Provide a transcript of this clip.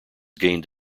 gained